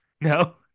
No